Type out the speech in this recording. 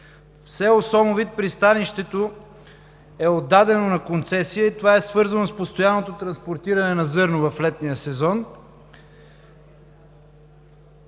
В село Сомовит пристанището е отдадено на концесия и това е свързано с постоянното транспортиране на зърно в летния сезон